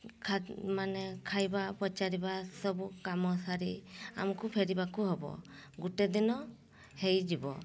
ଖା ମାନେ ଖାଇବା ପଚାରିବା ସବୁ କାମ ସାରି ଆମକୁ ଫେରିବାକୁ ହେବ ଗୋଟିଏ ଦିନ ହୋଇଯିବ